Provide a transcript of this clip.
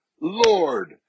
Lord